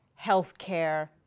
healthcare